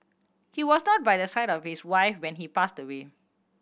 he was not by the side of his wife when he passed away